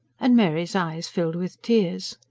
and mary's eyes filled with tears.